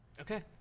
Okay